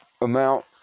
amount